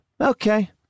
okay